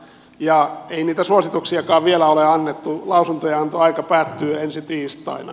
ei niitä suosituksiakaan vielä ole annettu lausuntojen antoaika päättyy ensi tiistaina